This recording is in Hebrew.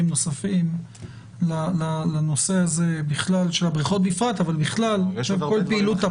נוספים לנושא הזה בכלל של הבריכות בפרט אבל בכלל כל פעילות,